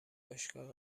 باشگاه